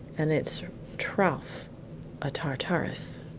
and its trough a tartarus.